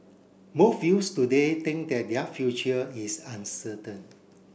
most youths today think that their future is uncertain